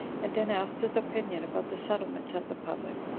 and then asked his opinion about the settlement of the public.